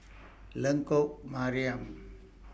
Lengkok Mariam